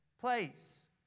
place